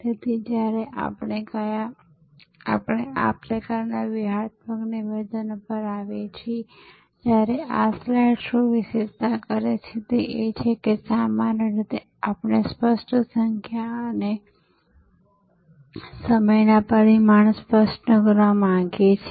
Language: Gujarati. તેથી જ્યારે આપણે આ પ્રકારના વ્યૂહાત્મક નિવેદનો પર આવીએ છીએ ત્યારે આ સ્લાઇડ શું વિશેષતા કરે છે તે એ છે કે સામાન્ય રીતે આપણે સ્પષ્ટ સંખ્યા અને સમયના પરિમાણ સ્પષ્ટ કરવા માંગીએ છીએ